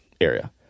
area